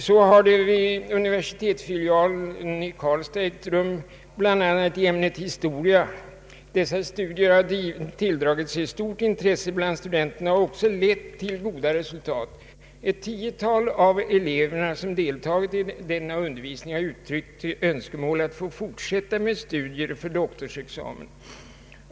Så har vid universitetsfilialen i Karlstad ägt rum bl.a. i ämnet historia; dessa studier har tilldragit sig stort intresse bland studenterna och har också lett till goda resultat. Ett tiotal av de elever som deltagit i denna undervisning har uttryckt önskemål om att få fortsätta med studier för doktorsexamen.